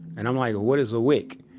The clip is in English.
and i'm like, what is a wick?